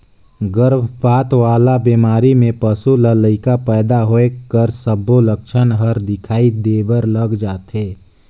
गरभपात वाला बेमारी में पसू ल लइका पइदा होए कर सबो लक्छन हर दिखई देबर लग जाथे